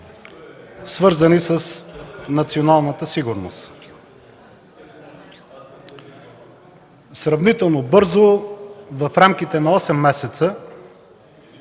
свързани с националната сигурност. Сравнително бързо, в рамките на 8 месеца,